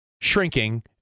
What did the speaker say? Shrinking